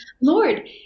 Lord